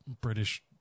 British